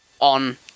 on